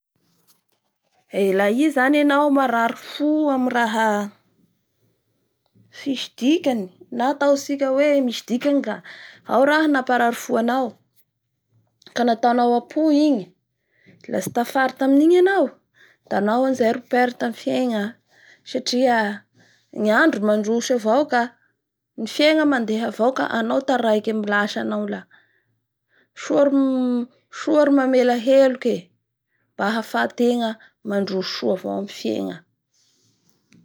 La i zany enao marary fo amin'ny raha tsisy dikany ka nataonao ampo igny la tsy tafary tamin'ingy anao da anao anizay ro perte amin'ny fiegna ny andro mandroso avao ka ny fiegna mandeha avao ka anao taraiky amin'ny asa anao la soa ry mam_soa ny mamela heloky e mba afahatenga mandroso soa avao amin'ny fiegna.